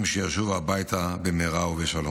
שישובו הביתה במהרה ובשלום.